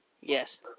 Yes